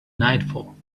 nightfall